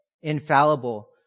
infallible